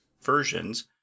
versions